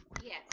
Yes